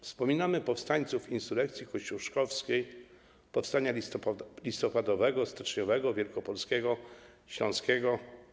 Wspominamy powstańców insurekcji kościuszkowskiej, powstań: listopadowego, styczniowego, wielkopolskiego, śląskiego.